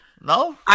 No